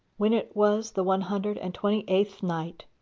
when it was the one hundred and twenty-eighth night,